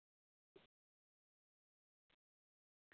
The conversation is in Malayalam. ആ അതെ അതെ ആഹ് ശുഭ പ്രതീക്ഷ